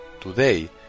Today